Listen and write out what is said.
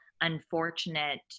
unfortunate